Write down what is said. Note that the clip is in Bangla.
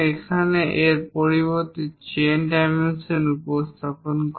এখানে এর পরিবর্তে চেইন ডাইমেনশন উপস্থাপন করে